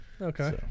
Okay